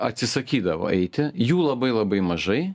atsisakydavo eiti jų labai labai mažai